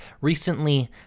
recently